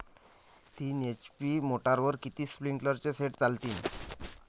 तीन एच.पी मोटरवर किती स्प्रिंकलरचे सेट चालतीन?